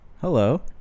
hello